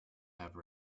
have